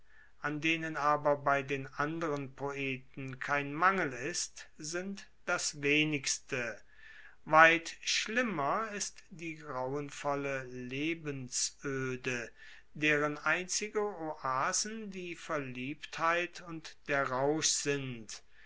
an denen aber bei den anderen poeten kein mangel ist sind das wenigste weit schlimmer ist die grauenvolle lebensoede deren einzige oasen die verliebtheit und der rausch sind